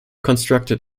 constructed